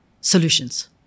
solutions